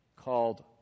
called